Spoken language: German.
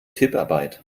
tipparbeit